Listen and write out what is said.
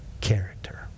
character